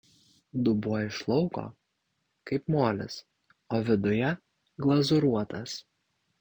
dubuo iš lauko kaip molis o viduje glazūruotas